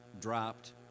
dropped